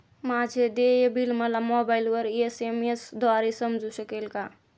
माझे देय बिल मला मोबाइलवर एस.एम.एस द्वारे समजू शकेल का?